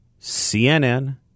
CNN